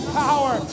power